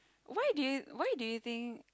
why do you why do you think